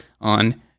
on